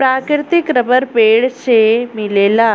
प्राकृतिक रबर पेड़ से मिलेला